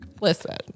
Listen